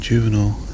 Juvenile